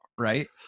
right